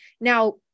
Now